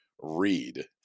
read